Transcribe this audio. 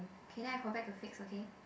k then I go back to six okay